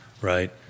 Right